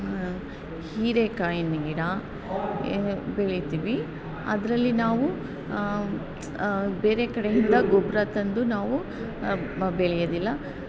ಹೀರೆಕಾಯಿಯ ಗಿಡ ಬೆಳಿತೀವಿ ಅದರಲ್ಲಿ ನಾವು ಬೇರೆ ಕಡೆಯಿಂದ ಗೊಬ್ಬರ ತಂದು ನಾವು ಬೆಳೆಯೋದಿಲ್ಲ